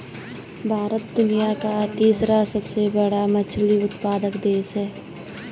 भारत दुनिया का तीसरा सबसे बड़ा मछली उत्पादक देश है